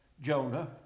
Jonah